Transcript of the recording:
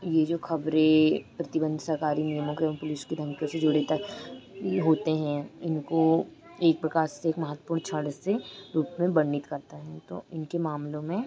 ये जो ख़बरें प्रतिबंध सरकारी नियमों के एवं पुलिस की धमकियों से जुड़े तक ये होते हैं इनको एक प्रकार से एक महत्वपूर्ण शण से रूप में वर्णित करता है नहीं तो इनके मामलों में